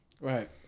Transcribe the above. right